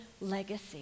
legacy